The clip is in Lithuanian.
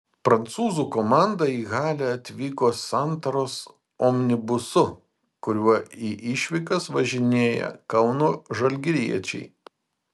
prancūzų komanda į halę atvyko santaros omnibusu kuriuo į išvykas važinėja kauno žalgiriečiai